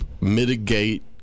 mitigate